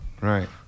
Right